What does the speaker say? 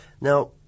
Now